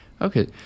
Okay